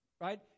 right